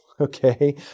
Okay